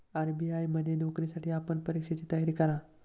RBI मध्ये नोकरीसाठी आपण परीक्षेची तयारी करा